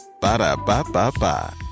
Ba-da-ba-ba-ba